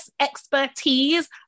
expertise